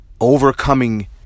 overcoming